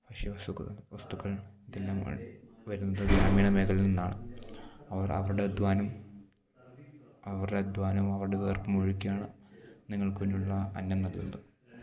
ഭക്ഷ്യവസ്തുക്കൾ വസ്തുക്കൾ ഇതെല്ലാമാണ് വരുന്നത് ഗ്രാമീണ മേഘലയിൽനിന്നാണ് അവർ അവരുടെ അദ്ധ്വാനം അവരുടെ അധ്വാനവും അവരുടെ വിയർപ്പുമൊഴുക്കിയാണ് നിങ്ങൾക്ക് വേണ്ടിയുള്ള അന്നം നൽകുന്നത്